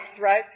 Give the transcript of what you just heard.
right